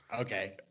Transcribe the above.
Okay